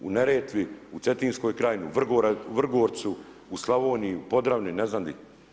U Neretvi, u Cetinskoj krajini, u Vrgorcu, u Slavoniji, u Podravini, ne znam gdje.